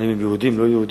האם הם יהודים או לא יהודים?